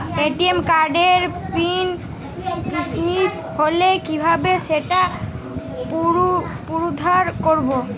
ATM কার্ডের PIN বিস্মৃত হলে কীভাবে সেটা পুনরূদ্ধার করব?